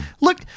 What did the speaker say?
look